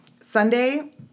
Sunday